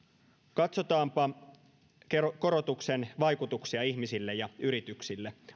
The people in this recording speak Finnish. katsotaanpa korotuksen vaikutuksia ihmisille ja yrityksille